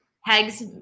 heggs